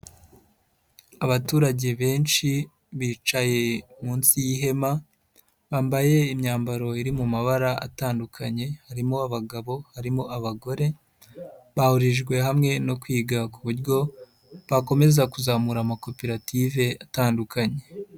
Abaturage benshi bicaye munsi y'ihema bambaye imyambaro iri mu mabara atandukanye harimo abagabo, harimo abagore, bahurijwe hamwe no kwiga ku buryo bakomeza kuzamura amakoperative atandukanye.